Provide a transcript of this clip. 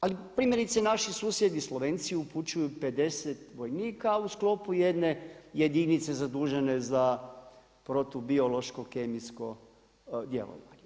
Ali primjerice naši susjedi Slovenci upućuju 50 vojnika u sklopu jedne jedinice zadužene za protu biološko kemijsko djelovanje.